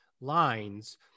lines